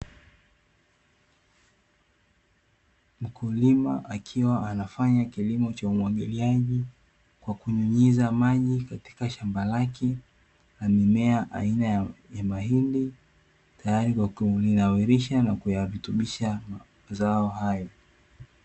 Mkulima akiwa anafanya kilimo cha umwagiliaji kwa kunyunyiza, katika shamba lake kwenye mahindi tayari kwa kuyanurisha na kuyarutubisha mazao hayo.